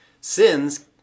Sins